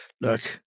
Look